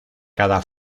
cada